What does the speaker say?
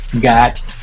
got